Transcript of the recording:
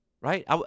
Right